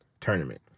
tournament